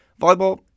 volleyball